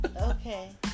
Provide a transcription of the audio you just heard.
Okay